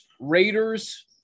Raiders